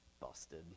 Busted